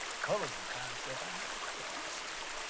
color is a concept i never could understand.